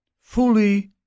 fully